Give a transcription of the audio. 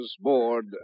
Board